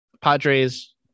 Padres